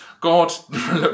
God